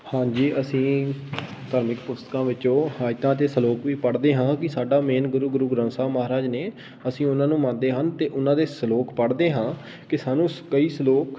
ਹਾਂਜੀ ਅਸੀਂ ਧਾਰਮਿਕ ਪੁਸਤਕਾਂ ਵਿੱਚੋਂ ਹਾਈਤਾਂ ਅਤੇ ਸਲੋਕ ਵੀ ਪੜ੍ਹਦੇ ਹਾਂ ਕਿ ਸਾਡਾ ਮੇਨ ਗੁਰੂ ਗੁਰੂ ਗ੍ਰੰਥ ਸਾਹਿਬ ਮਹਾਰਾਜ ਨੇ ਅਸੀਂ ਉਹਨਾਂ ਨੂੰ ਮੰਨਦੇ ਹਨ ਅਤੇ ਉਹਨਾਂ ਦੇ ਸਲੋਕ ਪੜ੍ਹਦੇ ਹਾਂ ਕਿ ਸਾਨੂੰ ਕਈ ਸਲੋਕ